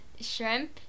shrimp